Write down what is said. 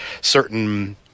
certain